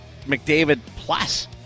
McDavid-plus